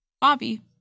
Bobby